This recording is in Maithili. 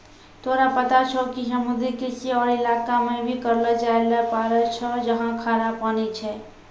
तोरा पता छौं कि समुद्री कृषि हौ इलाका मॅ भी करलो जाय ल पारै छौ जहाँ खारा पानी छै